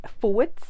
forwards